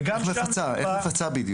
וגם שם --- איך מפצה בדיוק?